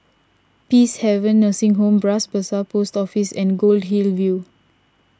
Peacehaven Nursing Home Bras Basah Post Office and Goldhill View